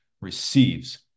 receives